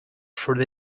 through